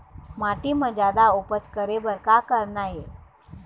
माटी म जादा उपज करे बर का करना ये?